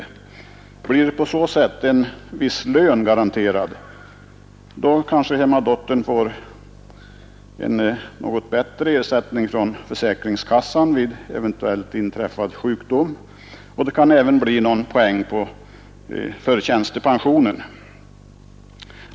Blir på så sätt en viss lön garanterad hemmadottern kanske hon också får en något bättre ersättning från försäkringskassan vid eventuellt inträffad sjukdom, och det kan även bli någon poäng för hennes tjänstepension.